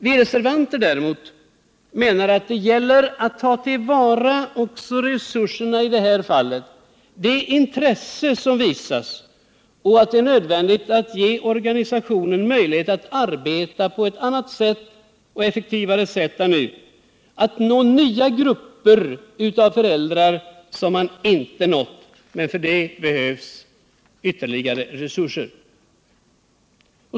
Vi reservanter däremot menar att det gäller att ta till vara resurserna i det här fallet — nämligen det intresse som visas — och att det är nödvändigt att ge organisationen möjlighet att arbeta på ett annat och effektivare sätt än nu för att nå nya grupper föräldrar — föräldrar som man inte nått. Men för det behövs ytterligare medel.